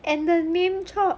and the name chop